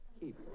Keep